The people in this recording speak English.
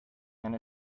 and